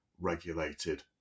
regulated